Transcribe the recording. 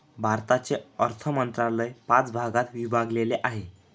भारताचे अर्थ मंत्रालय पाच भागात विभागलेले आहे